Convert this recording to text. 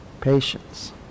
Patience